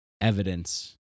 evidence